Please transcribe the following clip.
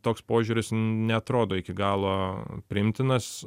toks požiūris neatrodo iki galo priimtinas